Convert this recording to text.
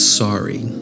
sorry